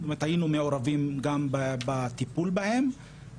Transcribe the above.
תודה רבה גברתי יושבת הראש,